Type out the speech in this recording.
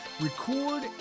record